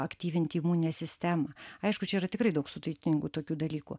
aktyvinti imuninę sistemą aišku čia yra tikrai daug sudėtingų tokių dalykų